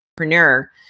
entrepreneur